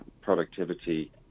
productivity